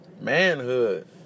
manhood